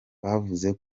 bavuze